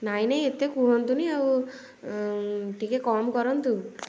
ନାଇଁ ନାଇଁ ଏତେ କୁହନ୍ତୁନି ଆଉ ଟିକେ କମ୍ କରନ୍ତୁ